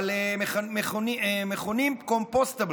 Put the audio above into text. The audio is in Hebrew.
אבל מכונים Compostable.